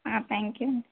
ఆ thank you అండి